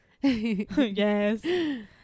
yes